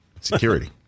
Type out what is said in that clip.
Security